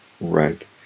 Right